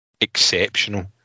exceptional